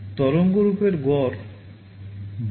তরঙ্গরূপের গড় বা DC মান কত